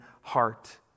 heart